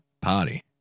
party